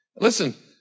Listen